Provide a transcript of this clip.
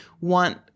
want